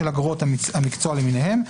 של אגרות המקצוע למיניהן.